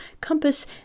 compass